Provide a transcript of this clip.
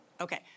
Okay